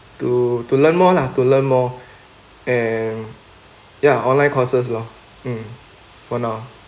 to to learn more lah to learn more and ya online courses lor mm for now